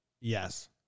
Yes